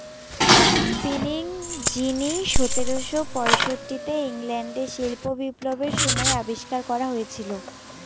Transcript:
spinning jenny সতেরোশো পয়ষট্টিতে ইংল্যান্ডে শিল্প বিপ্লবের সময় আবিষ্কার করা হয়েছিল